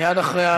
מייד אחרי המליאה.